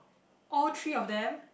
all three of them